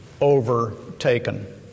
overtaken